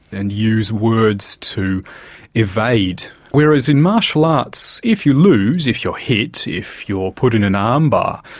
and use words to evade. whereas in martial arts, if you lose, if you're hit, if you're put in an arm bar,